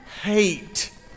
hate